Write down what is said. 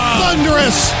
thunderous